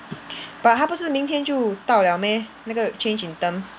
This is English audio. but 他不是明天就到 liao meh 那个 change in terms